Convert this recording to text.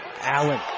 Allen